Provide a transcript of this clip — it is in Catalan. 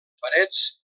parets